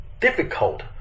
difficult